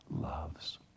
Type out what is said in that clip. loves